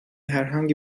herhangi